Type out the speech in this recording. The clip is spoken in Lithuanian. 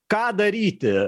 ką daryti